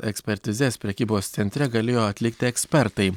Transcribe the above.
ekspertizes prekybos centre galėjo atlikti ekspertai